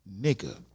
nigga